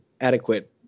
adequate